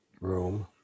room